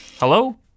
Hello